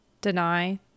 deny